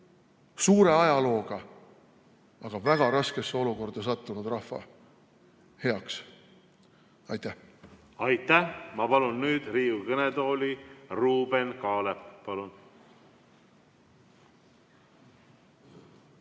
suure ajalooga, aga väga raskesse olukorda sattunud rahva heaks. Aitäh! Aitäh! Ma palun nüüd Riigikogu kõnetooli Ruuben Kaalepi. Palun!